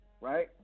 Right